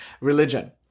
religion